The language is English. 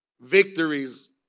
victories